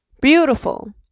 Beautiful